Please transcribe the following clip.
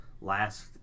last